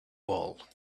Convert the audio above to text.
old